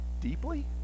deeply